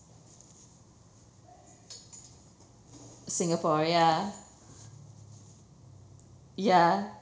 singapore ya ya